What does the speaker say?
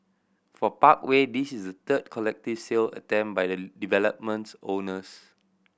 for Parkway this is third collective sale attempt by the development's owners